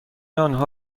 آنها